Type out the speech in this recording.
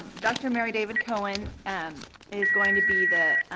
dr. mary david-cohen and is going to be the,